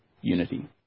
unity